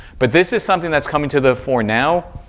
but this is something that's coming to the fore now.